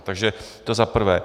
Takže to za prvé.